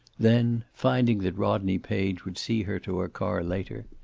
then, finding that rodney page would see her to her car later,